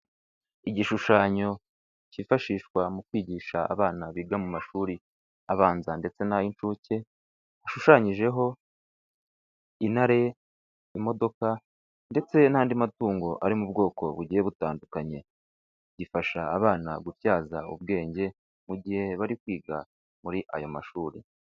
Igishushanyo kifashishwa mu kwigisha abana biga mu mashuri abanza ndetse n'ay'inshuke hashushanyijeho intare, imodoka ndetse n'andi matungo ari mu bwoko bugiye butandukanye, gifasha abana gutyaza ubwenge mu gihe bari kwiga muri ayo mashuri.